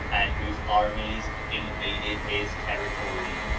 and whose armies invaded his territory!